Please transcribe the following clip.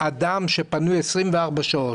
אדם שפנוי 24 שעות.